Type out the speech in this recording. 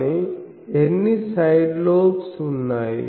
కానీ ఎన్ని side lobes ఉన్నాయి